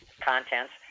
contents